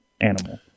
animal